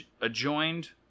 adjoined